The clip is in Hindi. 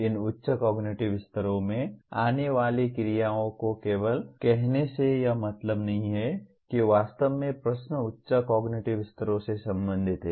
इन उच्च कॉगनिटिव स्तर से आने वाली क्रियाओं को केवल कहने से यह मतलब नहीं है कि वास्तव में प्रश्न उच्च कॉगनिटिव स्तरों से संबंधित हैं